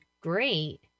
great